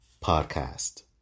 podcast